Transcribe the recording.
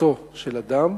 מותו של אדם,